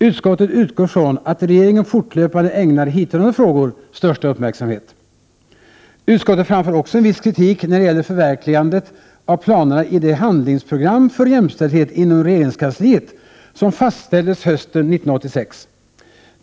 Utskottet utgår från att regeringen fortlöpande ägnar hithörande frågor största uppmärksamhet. Utskottet framför också en viss kritik när det gäller förverkligandet av planerna i det handlingsprogram för jämställdhet inom regeringskansliet som fastställdes hösten 1986.